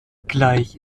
gleich